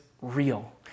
real